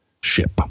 ship